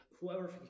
whoever